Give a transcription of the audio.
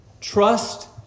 Trust